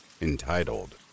entitled